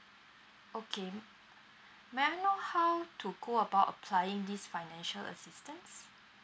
okay may I know how to go about applying this financial assistance